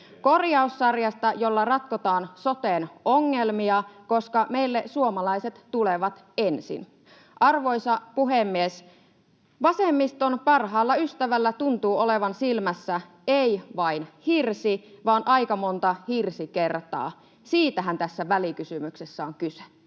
korjaussarjasta, jolla ratkotaan soten ongelmia, koska meille suomalaiset tulevat ensin. Arvoisa puhemies! Vasemmiston parhaalla ystävällä tuntuu olevan silmässä ei vain hirsi vaan aika monta hirsikertaa. Siitähän tässä välikysymyksessä on kyse.